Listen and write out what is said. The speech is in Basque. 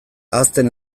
ahazten